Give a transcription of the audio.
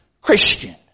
Christian